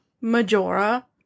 Majora